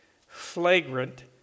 flagrant